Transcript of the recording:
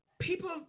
People